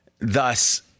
Thus